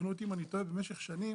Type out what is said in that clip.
תקנו אותי אם אני טועה, במשך שנים